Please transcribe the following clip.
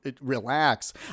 relax